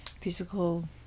physical